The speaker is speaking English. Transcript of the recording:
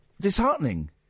disheartening